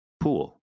Pool